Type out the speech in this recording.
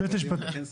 מכרזים אתה כן שם.